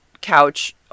couch